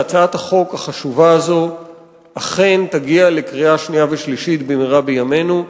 שהצעת החוק החשובה הזו אכן תגיע לקריאה שנייה ושלישית במהרה בימינו,